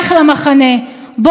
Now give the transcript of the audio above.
בואי תשמעי,